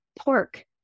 pork